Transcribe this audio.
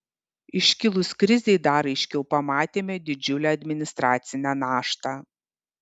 iškilus krizei dar aiškiau pamatėme didžiulę administracinę naštą